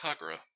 Kagura